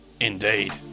Indeed